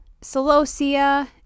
celosia